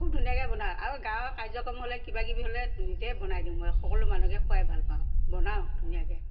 খুব ধুনীয়াকৈ বনাওঁ আৰু গাঁৱৰ কাৰ্যক্ৰম হ'লে কিবাকিবি হ'লে নিজে বনাই দিওঁ মই সকলো মানুহকে খুৱাই ভাল পাওঁ বনাওঁ ধুনীয়াকৈ